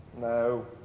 no